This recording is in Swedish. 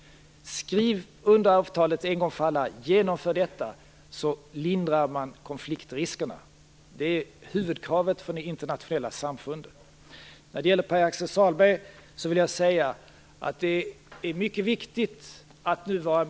Skriv under avtalet en gång för alla! Genomför detta! Då lindrar man konfliktriskerna. Det är huvudkravet från det internationella samfundet. Till Pär-Axel Sahlberg vill jag säga en sak.